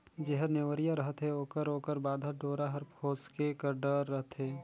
जेहर नेवरिया रहथे ओकर ओकर बाधल डोरा हर भोसके कर डर रहथे